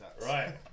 Right